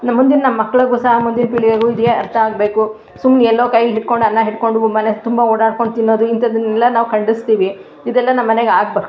ನಮ್ಮ ಮುಂದಿನ ಮಕ್ಳಿಗೂ ಸಹ ಮುಂದಿನ ಪೀಳಿಗೆಗೂ ಇದೆ ಅರ್ಥ ಆಗಬೇಕು ಸುಮ್ನೆ ಎಲ್ಲೋ ಕೈ ಹಿಡ್ಕೊಂಡು ಅನ್ನ ಹಿಡ್ಕೊಂಡು ಮನೆ ತುಂಬ ಓಡಾಡ್ಕೊಂಡು ತಿನ್ನೋದು ಇಂಥದ್ದನ್ನೆಲ್ಲ ನಾವು ಖಂಡಿಸ್ತೀವಿ ಇದೆಲ್ಲ ನಮ್ಮ ಮನೆಗೆ ಆಗ್ಬ